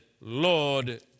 Lord